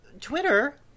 Twitter